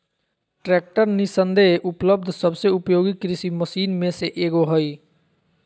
tractor निस्संदेह उपलब्ध सबसे उपयोगी कृषि मशीन में से एगो हइ